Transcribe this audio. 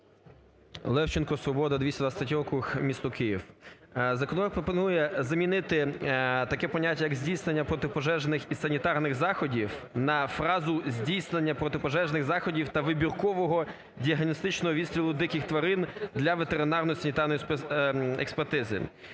Левченко, "Свобода", 223 округ, місто Київ. Законопроект пропонує замінити таке поняття як "здійснення протипожежних і санітарних заходів" на фразу "здійснення протипожежних заходів та вибіркового діагностичного відстрілу диких тварин для ветеринарно-санітарної спецекспертизи".